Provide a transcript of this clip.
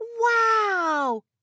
Wow